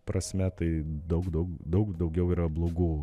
prasme tai daug daug daug daugiau yra blogų